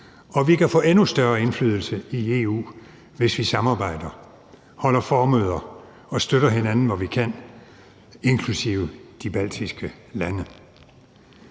og vi kan få endnu større indflydelse i EU, hvis vi samarbejder, holder formøder og støtter hinanden, hvor vi kan, inklusive de baltiske lande.